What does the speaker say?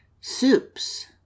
Soups